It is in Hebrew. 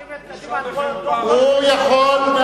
להאשים את קדימה, הוא יכול.